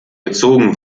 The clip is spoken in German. gezogen